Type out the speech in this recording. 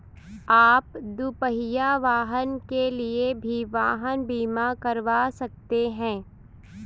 आप दुपहिया वाहन के लिए भी वाहन बीमा करवा सकते हैं